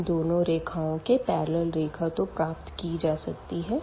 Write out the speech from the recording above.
इन दोनों रेखाओं के पेरलल रेखा तो प्राप्त की जा सकती है